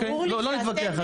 לא נתווכח על זה.